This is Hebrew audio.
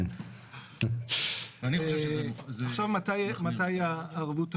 מתי הערבות תחולט?